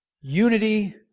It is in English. unity